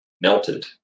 melted